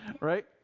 right